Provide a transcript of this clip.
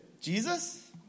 Jesus